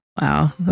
Wow